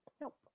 Nope